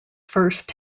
first